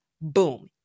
Boom